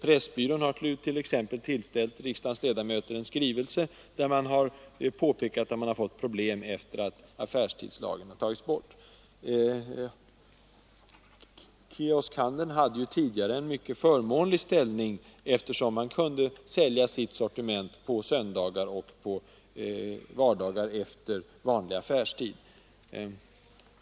Pressbyrån har t.ex. tillställt riksdagens ill ledamöter en skrivelse, där man påpekar att man fått problem efter det att affärstidslagen togs bort. Kioskhandeln hade tidigare en mycket förmånlig ställning, eftersom man kunde sälja sitt sortiment på söndagar och på vardagar efter vanlig affärstid.